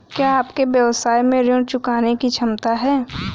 क्या आपके व्यवसाय में ऋण चुकाने की क्षमता है?